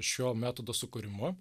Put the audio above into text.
šio metodo sukūrimu